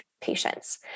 patients